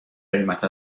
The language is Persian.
قیمت